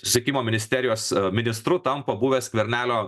susisiekimo ministerijos ministru tampa buvęs skvernelio